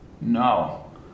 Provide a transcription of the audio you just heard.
No